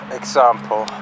example